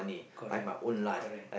correct